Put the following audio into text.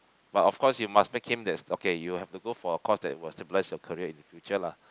but of course you must make him that's okay you have to go for a course that was to bless your career in the future lah